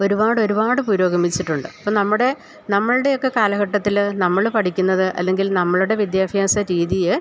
ഒരുപാടൊരുപാടു പുരോഗമിച്ചിട്ടുണ്ട് അപ്പോള് നമ്മുടെ നമ്മളുടെയൊക്കെ കാലഘട്ടത്തില് നമ്മള് പഠിക്കുന്നത് അല്ലെങ്കിൽ നമ്മളുടെ വിദ്യാഭ്യാസ രീതി